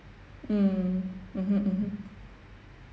mm mmhmm mmhmm